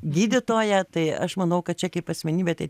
gydytoją tai aš manau kad čia kaip asmenybė tai